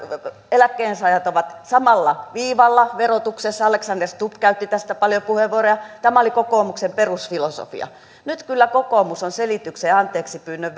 eläkkeensaajat ovat samalla viivalla verotuksessa alexander stubb käytti tästä paljon puheenvuoroja tämä oli kokoomuksen perusfilosofia nyt kyllä kokoomus on selityksen ja anteeksipyynnön